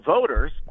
voters